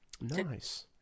Nice